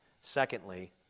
Secondly